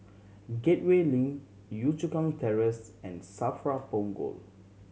Gateway Link Yio Chu Kang Terrace and SAFRA Punggol